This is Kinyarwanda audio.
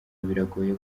biragoye